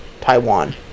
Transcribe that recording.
Taiwan